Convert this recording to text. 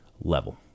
level